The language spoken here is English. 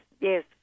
yes